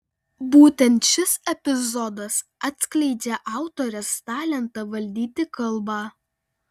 būtent šis epizodas atskleidžią autorės talentą valdyti kalbą